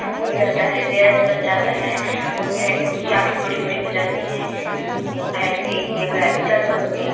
फूल जाता है गैस बन जाता है उन्हे उनकी ऑंखें बड़ी बड़ी हो जाती हैं भैंस की या गाय की जानवराें की